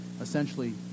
essentially